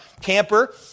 camper